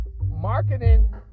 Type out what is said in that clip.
Marketing